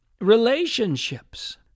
relationships